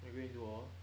you go and do all